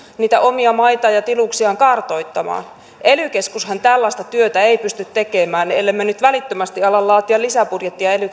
niitä omia maitaan ja tiluksiaan kartoittamaan ely keskushan tällaista työtä ei pysty tekemään ellemme nyt välittömästi ala laatia lisäbudjettia ely